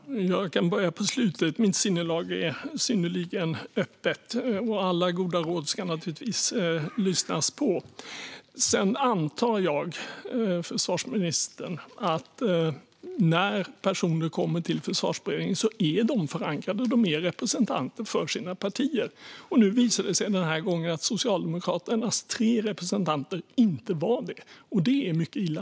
Herr ålderspresident! Jag kan börja med den sista frågan. Mitt sinnelag är synnerligen öppet, och alla goda råd ska man naturligtvis lyssna på. Sedan antar jag att när personer kommer till Försvarsberedningen är de representanter för sina partier och har förankrat sina positioner där. Men den här gången visar det sig att det inte var så med Socialdemokraternas tre representanter, och det är mycket illa.